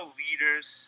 leaders